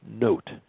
note